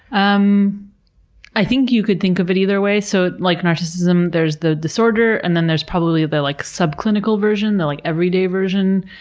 um i think you could think of it either way. so like narcissism, there's the disorder and then there's probably the like sub-clinical version, the like everyday version.